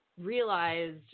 realized